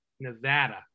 nevada